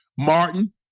Martin